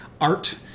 art